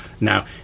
now